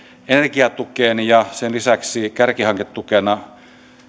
energiatukeen ja sen lisäksi tulee kärkihanketukena